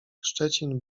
szczecin